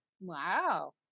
wow